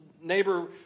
Neighbor